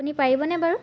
আপুনি পাৰিবনে বাৰু